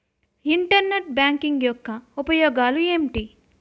Internet banking యెక్క ఉపయోగాలు ఎంటి?